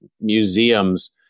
museums